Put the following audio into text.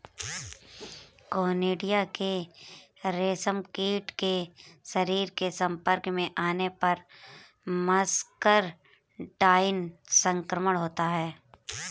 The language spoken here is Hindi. कोनिडिया के रेशमकीट के शरीर के संपर्क में आने पर मस्करडाइन संक्रमण होता है